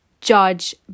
judge